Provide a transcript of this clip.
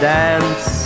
dance